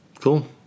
Cool